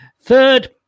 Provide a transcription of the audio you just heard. third